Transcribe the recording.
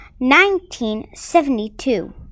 1972